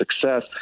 success